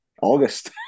august